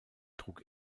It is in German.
trug